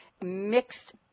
mixed